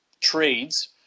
trades